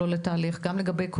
גם לגבי התהליך,